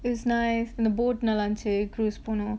is nice and the boat நல்லாயிருன்சு:nallaayirunchu cruise போனோம்:ponom